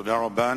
תודה רבה.